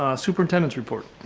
ah superintendent's report.